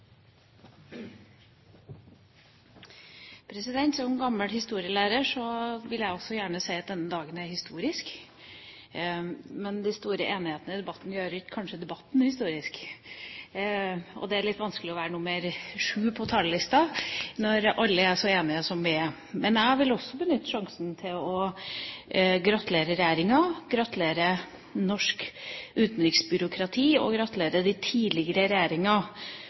historisk, men den store enigheten i debatten gjør kanskje ikke debatten historisk. Det er litt vanskelig å være nr. 7 på talerlisten når vi alle er så enige som vi er. Men jeg vil også benytte sjansen til å gratulere regjeringa, gratulere norsk utenriksbyråkrati og gratulere de tidligere regjeringer